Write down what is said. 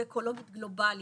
ואקולוגית גלובלית,